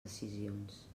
decisions